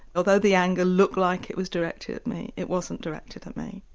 although the anger looked like it was directed at me, it wasn't directed at me.